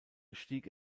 stieg